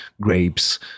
grapes